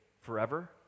forever